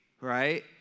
right